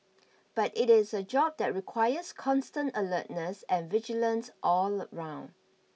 but it is a job that requires constant alertness and vigilance all around